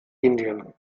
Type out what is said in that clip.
indien